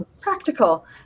practical